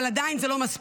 אבל עדיין זה לא מספיק.